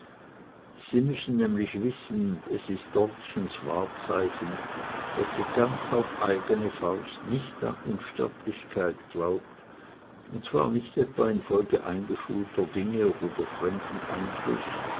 sie müssen nämlich wissen es ist dortchens wahrzeichen daß sie ganz auf eigene faust nicht an unsterblichkeit glaubt und zwar nicht etwa infolge eingeschulter dinge oder durch fremden einfluß